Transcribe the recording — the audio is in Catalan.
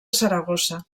saragossa